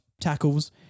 tackles